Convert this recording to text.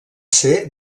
ser